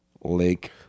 Lake